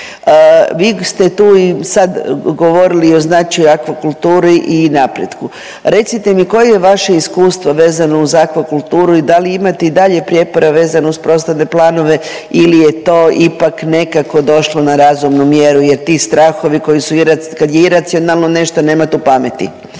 Vi ste tu i sad govorili i o značaju akvakulturi i napretku, recite mi koje je vaše iskustvo vezano uz akvakulturu i da li imate i dalje prijepore vezano uz prostorne planove ili je to ipak nekako došlo na razumu mjeru jer ti strahovi koji su, kad je iracionalno nešto nema tu pameti,